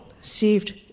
saved